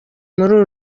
muri